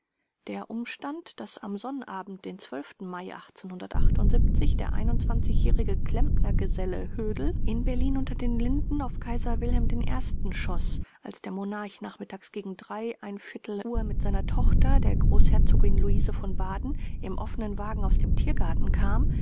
der umstand daß am sonnabend den mai der jährige klempnergeselle hödel in berlin unter den linden auf kaiser wilhelm den ersten schoß als der monarch nachmittags gegen uhr mit seiner tochter der großherzogin luise von baden im offenen wagen aus dem tiergarten kam